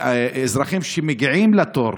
אזרחים שמגיעים לתור,